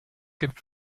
gibt